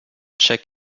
check